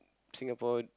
Singapore